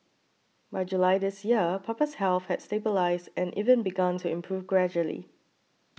by July this year Papa's health had stabilised and even begun to improve gradually